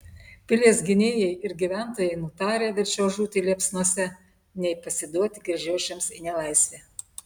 pilies gynėjai ir gyventojai nutarę verčiau žūti liepsnose nei pasiduoti kryžiuočiams į nelaisvę